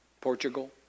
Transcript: Portugal